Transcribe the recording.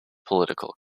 political